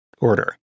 order